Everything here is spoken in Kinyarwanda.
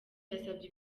yasabye